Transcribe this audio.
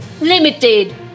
Limited